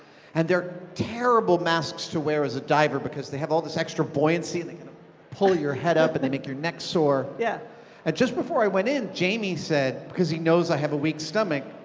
and they're terrible masks to wear as a diver, because they have all this extra buoyancy, and they kind of pull your head up, and they make your neck sore. yeah ah just before i went in, jamie said, because he knows i have a weak stomach,